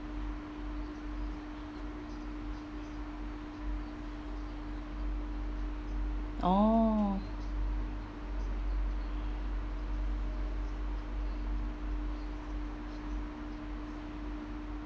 oh